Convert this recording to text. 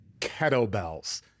Kettlebells